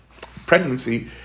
pregnancy